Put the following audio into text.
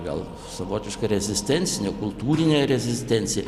gal savotiška rezistencinė kultūrinė rezistencija